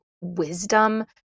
wisdom